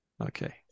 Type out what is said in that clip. Okay